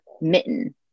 mitten